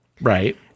Right